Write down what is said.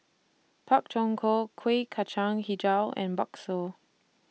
Pak Thong Ko Kueh Kacang Hijau and Bakso